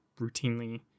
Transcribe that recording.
routinely